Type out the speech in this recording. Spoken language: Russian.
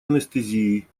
анестезией